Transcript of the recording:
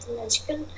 magical